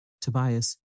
Tobias